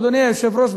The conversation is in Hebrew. אדוני היושב-ראש,